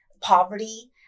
poverty